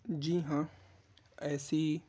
جی ہاں ایسی